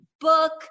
book